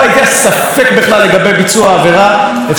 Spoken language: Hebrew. אפשר היה לנהל כאן הליך כמו שצריך ולמצות איתו את הדין.